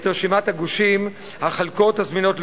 את רשימת הגושים, החלקות הזמינות לרעייה.